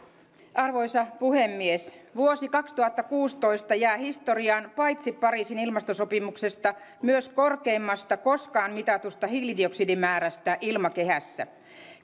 arvoisa puhemies vuosi kaksituhattakuusitoista jää historiaan paitsi pariisin ilmastosopimuksesta myös korkeimmasta koskaan mitatusta hiilidioksidimäärästä ilmakehässä